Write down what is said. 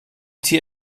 tier